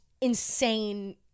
insane